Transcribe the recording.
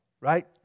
right